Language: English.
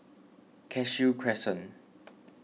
Cashew Crescent